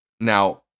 now